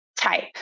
type